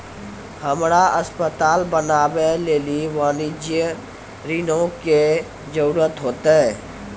हमरा अस्पताल बनाबै लेली वाणिज्यिक ऋणो के जरूरत होतै